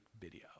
video